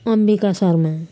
Ambika Sharma